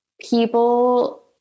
people